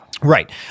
Right